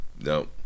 No